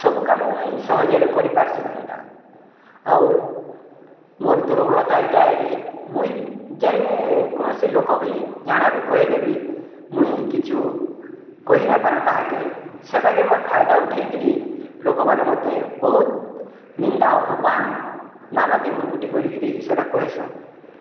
ସବୁ କାମ ମୁଇଁ ସହଜରେ କରିପାରସି ଆଉ ମୋର ଦୁର୍ବଳତା ଏଇଟା ଯେ ମୁଇଁ ଯେନ୍ କୌଣସି ଲୋକ ବି ଜାଣା ବି କହିଦେବି ଉଁ କି ଚୁଁ କହିନପାରେ ତା'ହାକେ ସେଟାକେ ମୋର ଫାଇଦା ଉଠାଇ କରି ଲୋକମାନେ ମୋତେ ବହୁତ ନିନ୍ଦା ଅପମାନ ନାନାଦି କହେସନ୍